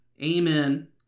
Amen